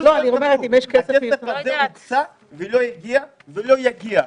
הכסף יצא, לא הגיע ולא יגיע.